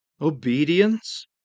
Obedience